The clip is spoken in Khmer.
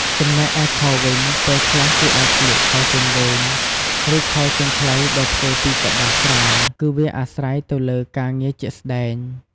ចំំណែកឯខោវិញ ពេលខ្លះគេអាចស្លៀកខោជើងវែង ឬ ខោជើងខ្លីដែលធ្វើពីកប្បាសស្រាល គឺវាអាស្រ័យទៅលើការងារជាក់ស្ដែង។